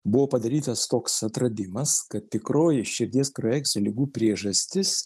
buvo padarytas toks atradimas kad tikroji širdies kraujagyslių ligų priežastis